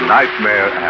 Nightmare